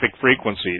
frequency